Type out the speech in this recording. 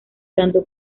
tanto